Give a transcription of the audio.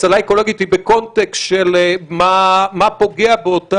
הצלה אקולוגית היא בקונטקסט של מה פוגע באותה איכות אקולוגית.